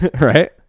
Right